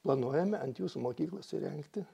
planuojame ant jūsų mokyklos įrengti